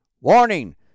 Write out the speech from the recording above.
Warning